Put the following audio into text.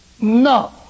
No